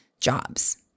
jobs